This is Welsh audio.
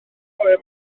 fore